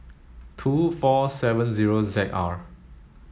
two four seven zero Z R